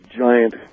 giant